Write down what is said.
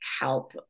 help